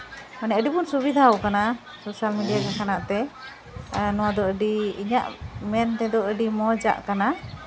ᱢᱟᱱᱮ ᱟᱹᱰᱤ ᱵᱚᱱ ᱥᱩᱵᱤᱫᱷᱟᱣ ᱠᱟᱱᱟ ᱥᱳᱥᱟᱞ ᱢᱮᱰᱤᱭᱟ ᱦᱚᱛᱮᱜ ᱛᱮ ᱟᱨ ᱱᱚᱣᱟ ᱫᱚ ᱟᱹᱰᱤ ᱤᱧᱟᱹᱜ ᱢᱮᱱᱛᱮ ᱫᱚ ᱟᱹᱰᱤ ᱢᱚᱡᱽᱼᱟᱜ ᱠᱟᱱᱟ